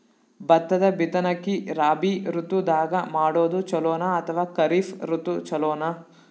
ಭತ್ತದ ಬಿತ್ತನಕಿ ರಾಬಿ ಋತು ದಾಗ ಮಾಡೋದು ಚಲೋನ ಅಥವಾ ಖರೀಫ್ ಋತು ಚಲೋನ?